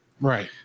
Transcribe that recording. right